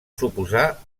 suposar